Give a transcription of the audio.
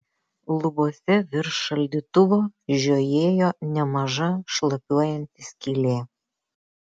lubose virš šaldytuvo žiojėjo nemaža šlapiuojanti skylė